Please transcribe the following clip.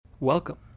Welcome